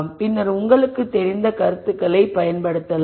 பின்னர் உங்களுக்குத் தெரிந்த கருத்துக்களைப் பயன்படுத்தலாம்